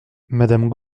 madame